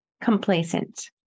complacent